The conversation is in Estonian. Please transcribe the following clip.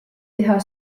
teha